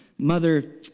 Mother